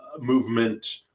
movement